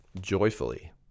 joyfully